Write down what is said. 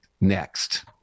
next